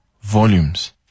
volumes